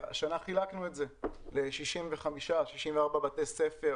השנה חילקנו את זה ל-65-64 בתי ספר